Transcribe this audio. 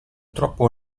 troppo